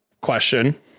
question